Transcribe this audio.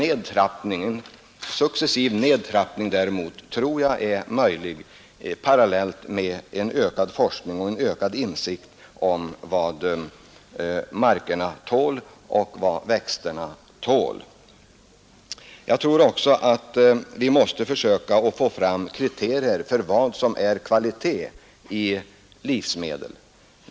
En successiv nedtrappning däremot tror jag är möjlig parallellt med en ökad forskning och en ökad insikt om vad markerna och växterna tål med nuvarande odlingsteknik och lönsamhetsanspråk. Jag tror också att vi måste försöka få fram kriterier för vad som verkligen är kvalitet då det gäller livsmedel.